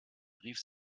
rief